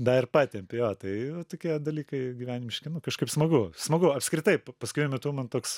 dar ir patempi jo tai tokie dalykai gyvenimiški nu kažkaip smagu smagu apskritai paskutiniu metu man toks